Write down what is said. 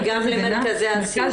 וגם למרכזי הסיוע.